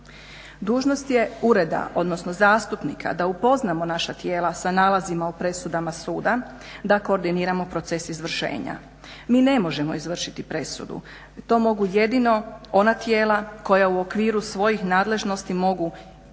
Dužnost je ureda odnosno zastupnika da upoznamo naša tijela sa nalazima o presudama suda, da koordiniramo proces izvršenja. Mi ne možemo izvršiti presudu. To mogu jedino ona tijela koja u okviru svojih nadležnosti mogu predlagati